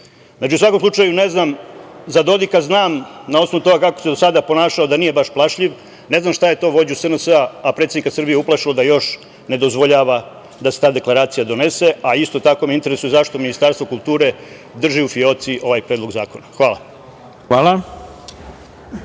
u svakom slučaju ne znam, za Dodika znam na osnovu toga kako se do sada ponašao da nije baš plašljiv, ne znam šta je to vođu SNS-a a predsednika Srbije uplašilo da još ne dozvoljava da se ta deklaracija donese, a isto tako me interesuje zašto Ministarstvo kulture drži u fijoci ovaj predlog zakona? Hvala.